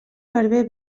barber